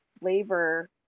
flavor